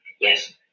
yes